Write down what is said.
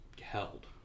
held